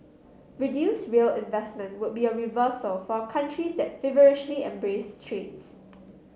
reduce rail investment would be a reversal for a country that's feverishly embrace trains